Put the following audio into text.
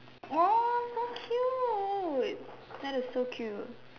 oh so cute that is so cute